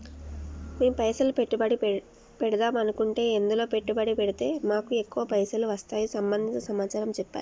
మేము పైసలు పెట్టుబడి పెడదాం అనుకుంటే ఎందులో పెట్టుబడి పెడితే మాకు ఎక్కువ పైసలు వస్తాయి సంబంధించిన సమాచారం చెప్పండి?